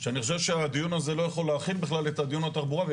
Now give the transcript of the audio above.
שאני חושב שהדיון הזה לא יכול להכיל בכלל את הדיון על התחבורה.